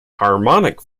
harmonic